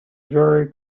very